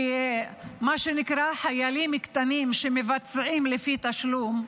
כמה שנקרא "חיילים קטנים", שמבצעים לפי תשלום.